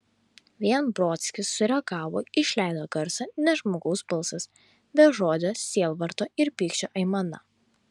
vien brodskis sureagavo išleido garsą ne žmogaus balsas bežodė sielvarto ir pykčio aimana